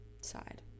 side